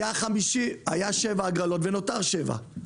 היו שבע הגרלות ונותרו שבע.